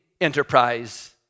enterprise